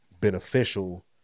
beneficial